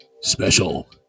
special